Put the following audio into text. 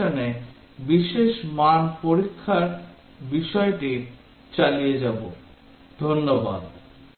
Glossary English Word Word Meaning Reference Reference reference Data data তথ্য Equivalence class equivalence class সমতা শ্রেণি